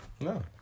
No